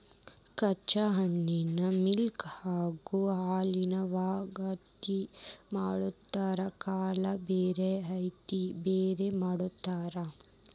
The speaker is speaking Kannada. ಕಚ್ಚಾ ಹತ್ತಿನ ಮಿಲ್ ನ್ಯಾಗ ಹಾಕಿ ವಗಾತಿ ಮಾಡತಾರ ಕಾಳ ಬ್ಯಾರೆ ಹತ್ತಿ ಬ್ಯಾರೆ ಮಾಡ್ತಾರ